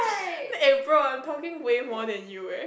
eh bro I'm talking way more than you eh